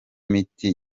miti